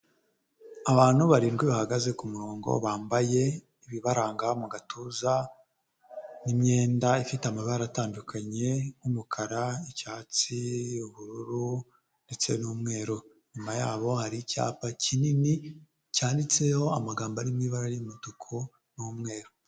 Abantu barindwi bahagaze ku murongo bambaye, ibibaranga mu gatuza n'imyenda ifite amabara atandukanye nk'umukara, icyatsi, ubururu ndetse n'umweru, inyuma yabo hari icyapa kinini cyanditseho amagambo arimo ibara ry'umutuku n'umweru.